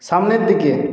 সামনের দিকে